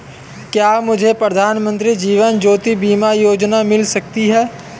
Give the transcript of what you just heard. क्या मुझे प्रधानमंत्री जीवन ज्योति बीमा योजना मिल सकती है?